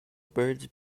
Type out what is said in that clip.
birds